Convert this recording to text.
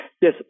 Yes